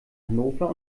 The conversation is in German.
hannover